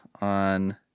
on